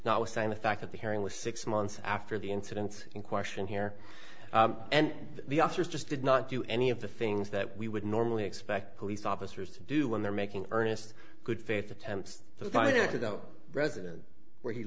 no sign the fact that the hearing was six months after the incident in question here and the officers just did not do any of the things that we would normally expect police officers to do when they're making earnest good faith attempts to find a way to go residence where